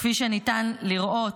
כפי שניתן לראות,